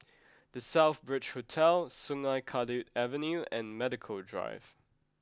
The Southbridge Hotel Sungei Kadut Avenue and Medical Drive